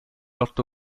otto